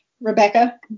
Rebecca